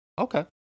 Okay